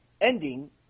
ending